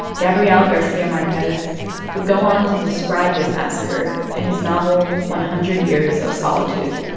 gabriel garcia marquez would go on to describe this massacre in his novel one hundred years of solitude.